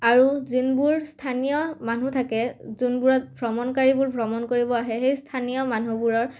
আৰু যোনবোৰ স্থানীয় মানুহ থাকে যোনবোৰত ভ্ৰমণকাৰীবোৰ ভ্ৰমণ কৰিব আহে সেই স্থানীয় মানুহবোৰৰ